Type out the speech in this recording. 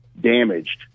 damaged